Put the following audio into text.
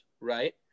right